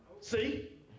See